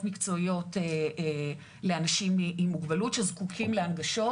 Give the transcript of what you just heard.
מקצועיות לאנשים עם מוגבלות שזקוקים להנגשות.